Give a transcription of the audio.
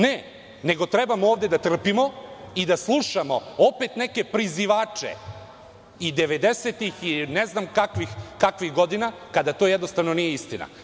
Ne, nego treba ovde da trpimo i da slušamo opet neke prizivače iz devedesetih i ne znam kakvih godina, kada to jednostavno nije istina.